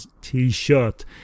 t-shirt